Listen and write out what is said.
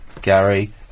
Gary